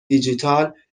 دیجیتال